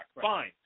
fine